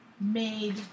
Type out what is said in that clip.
made